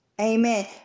Amen